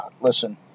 listen